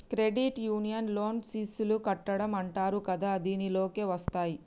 credit union loan SIP లు కట్టడం అంటరు కదా దీనిలోకే వస్తాయ్